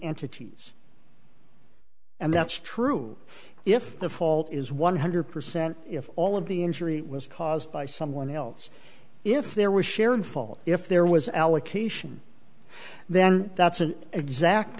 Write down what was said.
entities and that's true if the fault is one hundred percent if all of the injury was caused by someone else if there was shared fault if there was allocation then that's an exact